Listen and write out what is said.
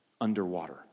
underwater